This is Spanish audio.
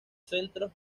centros